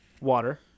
water